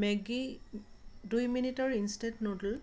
Maggi দুই মিনিটৰ instant noodle